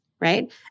right